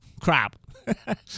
crap